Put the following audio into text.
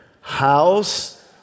House